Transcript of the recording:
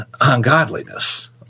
ungodliness